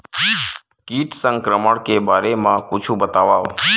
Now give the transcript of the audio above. कीट संक्रमण के बारे म कुछु बतावव?